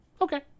okay